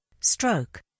stroke